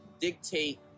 dictate